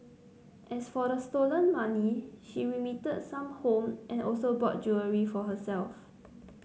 as for the stolen money she remitted some home and also bought jewellery for herself